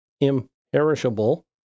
imperishable